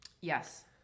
Yes